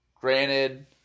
granted